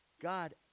God